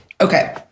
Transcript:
Okay